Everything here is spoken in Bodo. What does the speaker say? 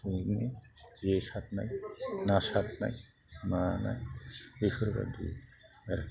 बेबायदिनो जे सारनाय ना सारनाय मानाइ बेफोरबायदि आरोखि